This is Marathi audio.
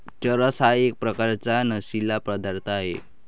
चरस हा एक प्रकारचा नशीला पदार्थ आहे